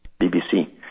BBC